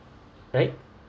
right